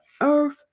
earth